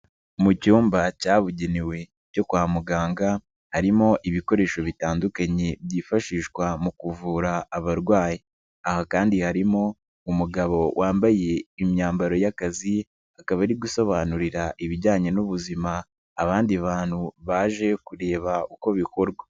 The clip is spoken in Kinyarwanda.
Mu cyumba cyabugenewe cyo kwa muganga, harimo ibikoresho bitandukanye byifashishwa mu kuvura abarwayi. Aha kandi harimo umugabo wambaye imyambaro y'akazi, akaba ari gusobanurira ibijyanye n'ubuzima abandi bantu baje kureba uko bikorwa.